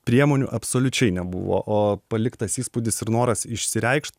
priemonių absoliučiai nebuvo o paliktas įspūdis ir noras išsireikšt